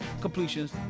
completions